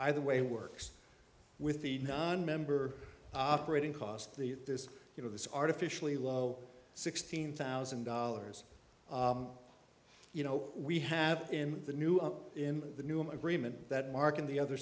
either way works with the nonmember operating costs the this you know this artificially low sixteen thousand dollars you know we have in the new up in the new i'm agreement that mark and the other